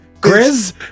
Grizz